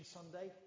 Sunday